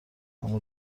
اما